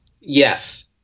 Yes